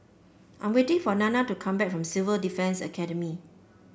I'm waiting for Nanna to come back from Civil Defence Academy